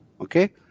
okay